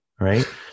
right